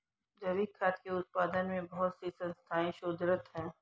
जैविक खाद्य के उत्पादन में बहुत ही संस्थाएं शोधरत हैं